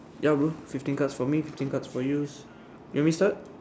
ya bro fifteen cards for me fifteen cards for you you want me start